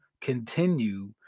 continue